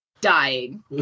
dying